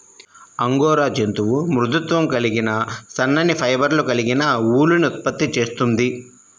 angora జంతువు మృదుత్వం కలిగిన సన్నని ఫైబర్లు కలిగిన ఊలుని ఉత్పత్తి చేస్తుంది